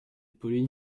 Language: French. pauline